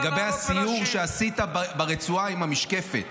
לגבי הסיור שעשית ברצועה עם המשקפת,